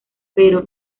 pero